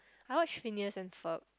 I watch Phineas-and-Ferb